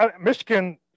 Michigan